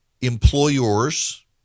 employers